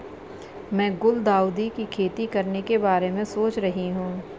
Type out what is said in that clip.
मैं गुलदाउदी की खेती करने के बारे में सोच रही हूं